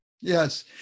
Yes